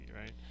right